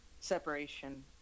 separation